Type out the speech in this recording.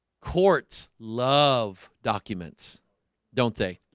court's love documents don't they?